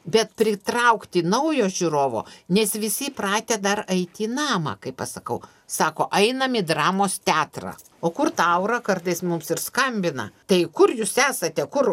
bet pritraukti naujo žiūrovo nes visi įpratę dar eit į namą kai pasakau sako einam į dramos teatrą o kur ta aura kartais mums ir skambina tai kur jūs esate kur